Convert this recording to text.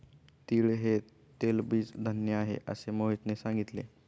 तीळ हे तेलबीज धान्य आहे, असे मोहितने सांगितले